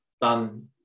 done